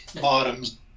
bottoms